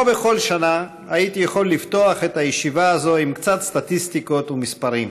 היום שמענו שיש תוכנית חדשה שהולכת ונרקמת במינהל התכנון,